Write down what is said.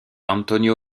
antonio